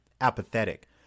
apathetic